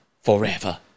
forever